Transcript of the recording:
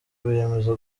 biyemeza